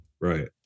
Right